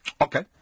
Okay